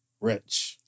rich